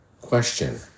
Question